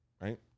Right